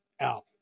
out